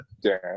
Dan